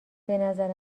بنظر